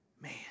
man